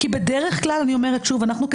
בדרך כלל אני אומרת שוב אנחנו,